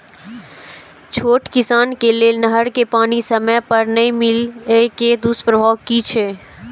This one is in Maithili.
छोट किसान के लेल नहर के पानी समय पर नै मिले के दुष्प्रभाव कि छै?